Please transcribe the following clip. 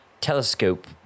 telescope